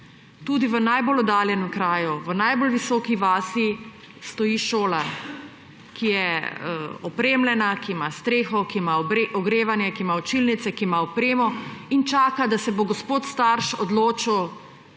tudi v najbolj oddaljenem kraju, v najbolj visoki vasi stoji šola, ki je opremljena, ki ima streho, ki ima ogrevanje, ki ima učilnice, ki ima opremo in čaka, da se bo gospod starš odločil,